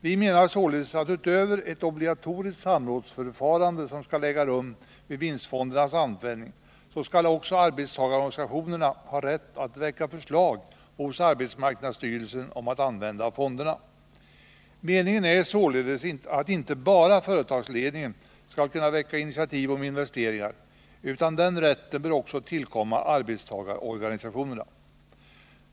Vi menar således att utöver det obligatoriska samrådsförfarande som skall äga rum vid vinstfondernas användning så skall arbetstagarorganisationerna också ha rätt att väcka förslag hos arbetsmarknadsstyrelsen om att använda fonderna. Meningen är således att inte bara företagsledningen skall kunna väcka initiativ om investeringar, utan den rätten bör också tillkomma arbetstagarorganisationerna.